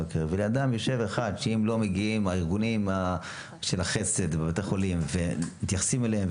יושב אחד שאם לא מגיעים הארגונים של החסד בבתי חולים ומתייחסים אליהם,